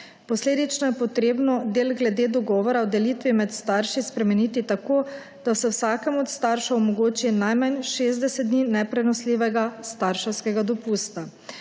Posledično je potrebno del glede dogovora o delitvi med starši spremeniti tako, da se vsakemu od staršev omogoči najmanj 60 dni neprenosljivega starševskega dopusta.